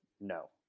No